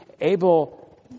Abel